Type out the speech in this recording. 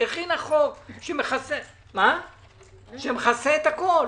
הכינה חוק שמכסה את הכול,